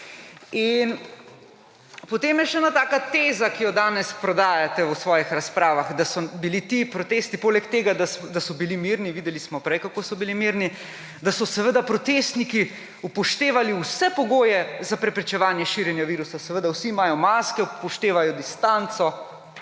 potem je še ena taka teza, ki jo danes prodajate v svojih razpravah, da so bili ti protesti poleg tega, da so bili mirni ‒ videli smo prej, kako si bili mirni ‒, da so seveda protestniki upoštevali vse pogoje za preprečevanje širjenja virusa − seveda vsi imajo maske, upoštevajo distanco